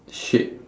shape